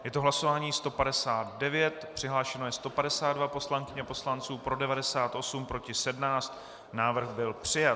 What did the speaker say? Je to hlasování 159, přihlášeno je 152 poslankyň a poslanců, pro 98, proti 17, návrh byl přijat.